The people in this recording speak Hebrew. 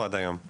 היום יש יותר.